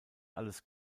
alles